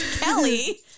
Kelly